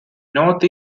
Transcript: north